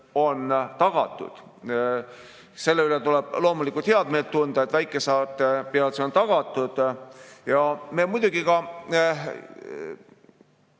on tagatud. Selle üle tuleb loomulikult head meelt tunda, et väikesaarte peal see on tagatud. Muidugi ka